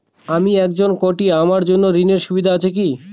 আমি একজন কট্টি আমার জন্য ঋণের সুবিধা আছে কি?